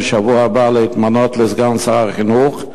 בשבוע הבא להתמנות לסגן שר החינוך,